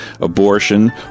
abortion